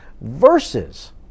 Versus